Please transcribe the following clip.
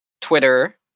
Twitter